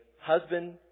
husband